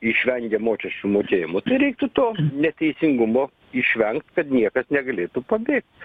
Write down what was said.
išvengia mokesčių mokėjimo tai reiktų to neteisingumo išvengt kad niekas negalėtų pabėgt